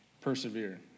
persevere